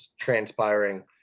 transpiring